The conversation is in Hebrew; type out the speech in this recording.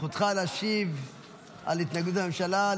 זכותך להשיב על התנגדות הממשלה.